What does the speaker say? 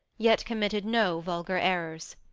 yet committed no vulgar errors.